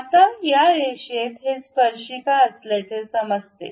आता या रेषेत हे स्पर्शिका असल्याचे समजते